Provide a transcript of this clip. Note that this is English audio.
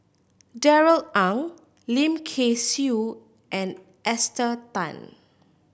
Darrell Ang Lim Kay Siu and Esther Tan